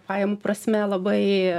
pajamų prasme labai